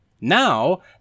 Now